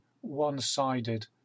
one-sided